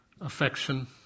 affection